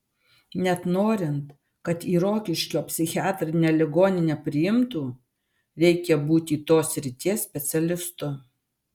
net norint kad į rokiškio psichiatrinę ligoninę priimtų reikia būti tos srities specialistu